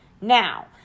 Now